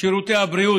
שירותי הבריאות